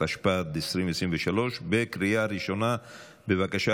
התשפ"ד 2023. בבקשה,